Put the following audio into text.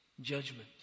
judgment